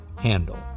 handle